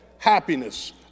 happiness